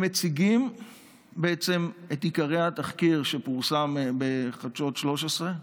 הם מציגים את עיקרי התחקיר שפורסם בחדשות 13,